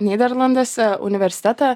nyderlanduose universitetą